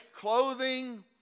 clothing